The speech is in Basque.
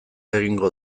egingo